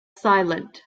silent